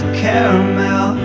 caramel